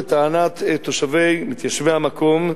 לטענת מתיישבי המקום,